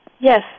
Yes